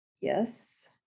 Yes